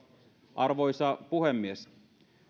arvoisa puhemies